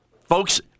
folks